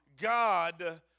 God